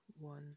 one